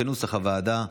כנוסח הוועדה,